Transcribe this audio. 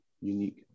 unique